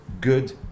good